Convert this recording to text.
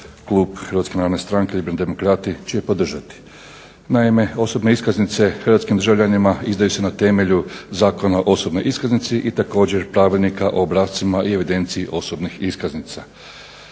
klub Hrvatske narodne stranke Liberalni demokrati će podržati. Naime, osobne iskaznice hrvatskim državljanima izdaju se na temelju Zakona o osobnoj iskaznici i također Pravilnika o obrascima i evidenciji osobnih iskaznica.